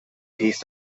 peace